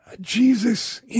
Jesus